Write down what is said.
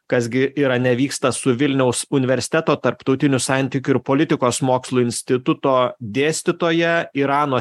kas gi yra nevyksta su vilniaus universiteto tarptautinių santykių ir politikos mokslų instituto dėstytoja irano